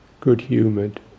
good-humoured